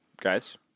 guys